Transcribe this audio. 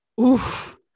Oof